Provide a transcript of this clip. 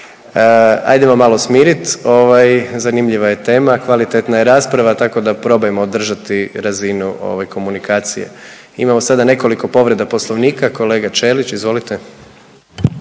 Hajdemo malo smirit. Zanimljiva je tema, kvalitetna je rasprava tako da probajmo držati razinu komunikacije. Imamo sada nekoliko povreda Poslovnika. Kolega Ćelić, izvolite.